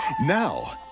Now